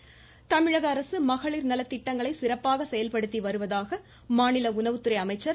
காமராஜ் தமிழக அரசு மகளிர் நலத்திட்டங்களை சிறப்பாக செயல்படுத்தி வருவதாக மாநில உணவுத்துறை அமைச்சர் திரு